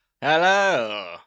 Hello